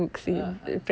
ah ah